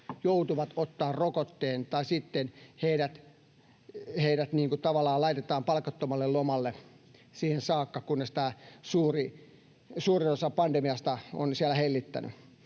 joutuvat ottamaan rokotteen tai sitten heidät tavallaan laitetaan palkattomalle lomalle siihen saakka, kunnes suurin osa pandemiasta on siellä hellittänyt.